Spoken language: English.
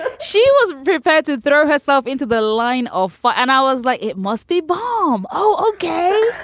and she was prepared to throw herself into the line of fire. and i was like, it must be bomb. oh, okay